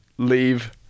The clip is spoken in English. leave